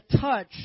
touch